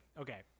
okay